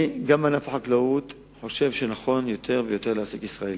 גם בענף חקלאות אני חושב שנכון יותר ויותר להעסיק ישראלים.